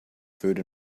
food